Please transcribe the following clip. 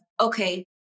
okay